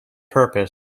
purpose